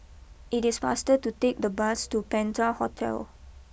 it is faster to take the bus to Penta Hotel